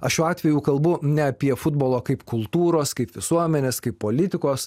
aš šiuo atveju kalbu ne apie futbolo kaip kultūros kaip visuomenės kaip politikos